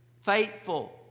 faithful